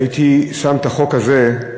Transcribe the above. הייתי שם את החוק הזה,